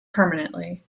permanently